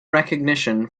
recognition